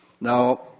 Now